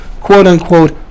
quote-unquote